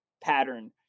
pattern